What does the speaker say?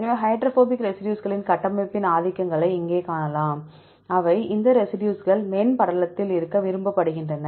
எனவே ஹைட்ரோபோபிக் ரெசிடியூஸ்களின் கட்டமைப்பின் ஆதிக்கங்களை இங்கே காணலாம் அவை இந்த ரெசிடியூஸ்கள் மென்படலத்தில் இருக்க விரும்பப்படுகின்றன